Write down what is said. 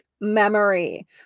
Memory